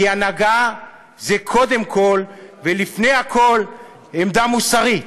כי הנהגה זה קודם כול, ולפני הכול, עמדה מוסרית.